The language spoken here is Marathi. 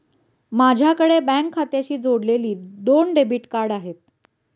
माझ्याकडे बँक खात्याशी जोडलेली दोन डेबिट कार्ड आहेत